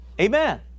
Amen